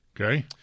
Okay